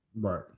Right